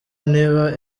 niba